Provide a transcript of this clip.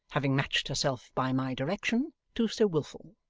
having matched herself by my direction to sir wilfull.